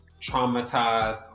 traumatized